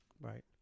Right